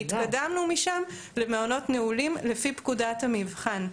והתקדמנו משם למעונות נועלים לפי פקודת המבחן,